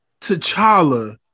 T'Challa